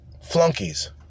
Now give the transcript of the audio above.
flunkies